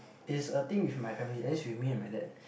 is a thing with my family at least with me and my dad